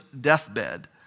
deathbed